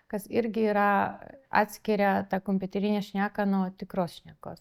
kas irgi yra atskiria tą kompiuterinę šneką nuo tikros šnekos